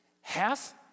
Half